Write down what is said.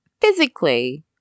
physically